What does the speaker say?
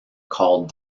called